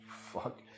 fuck